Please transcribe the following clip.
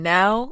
now